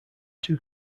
two